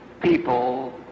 people